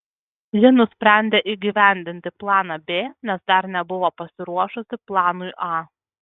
ji nusprendė įgyvendinti planą b nes dar nebuvo pasiruošusi planui a